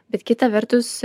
bet kita vertus